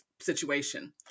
situation